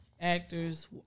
actors